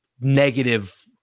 negative